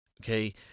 okay